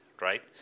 right